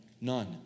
None